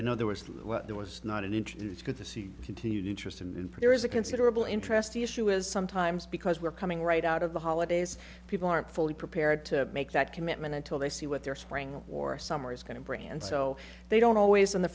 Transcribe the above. i know there was there was not an inch and it's good to see continued interest and there is a considerable interest the issue is sometimes because we're coming right out of the holidays people aren't fully prepared to make that commitment until they see what their spring or summer is going to bring and so they don't always on the